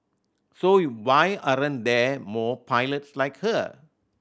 so why aren't there more pilots like her